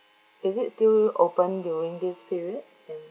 is it still open during this period